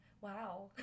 wow